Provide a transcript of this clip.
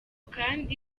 kandi